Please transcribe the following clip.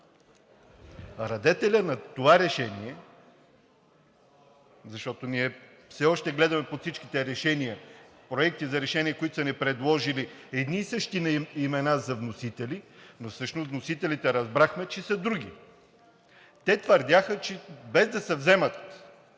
Радетелят на това решение, защото ние все още гледаме по всичките проекти за решения, които са ни предложили едни и същи имена за вносители, но всъщност вносителите разбрахме, че са други. Те твърдяха, че без да се вземат